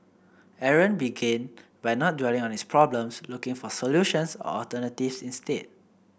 Aaron began by not dwelling on his problems looking for solutions or alternatives instead